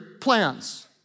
plans